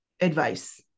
advice